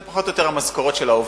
זה פחות או יותר המשכורות של העובדים.